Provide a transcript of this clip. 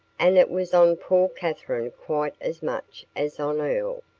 and it was on poor katherine quite as much as on earl,